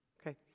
Okay